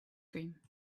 cream